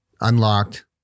unlocked